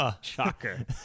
Shocker